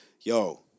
yo